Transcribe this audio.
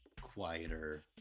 quieter